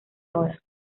ahora